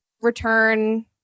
return